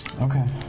Okay